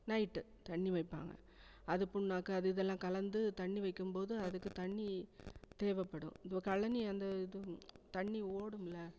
night தண்ணி வைப்பாங்க அது புண்ணாக்கு அது இதெல்லாம் கலந்து தண்ணி வைக்கும்போது அதுக்கு தண்ணி தேவைப்படும் இப்போது கழனி அந்த இது தண்ணி ஓடும்ல